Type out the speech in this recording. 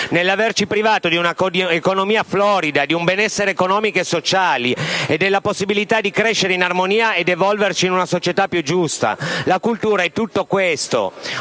nell'averci privato di un'economia florida e di un benessere economico e sociale e della possibilità di crescere in armonia e di evolverci in una società più giusta. La cultura è tutto questo.